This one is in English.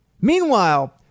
Meanwhile